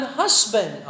husband